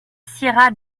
sierra